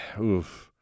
Oof